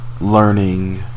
learning